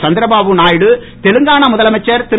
சந்திரபாபு நாயுடு தெலுங்கானா முதலமைச்சர் திரு